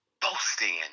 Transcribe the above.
boasting